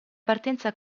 partenza